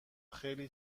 خیلی